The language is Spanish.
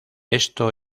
esto